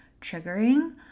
triggering